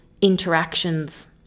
interactions